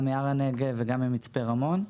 גם מהר הנגב וגם ממצפה רמון.